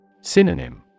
Synonym